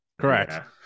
Correct